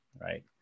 Right